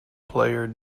player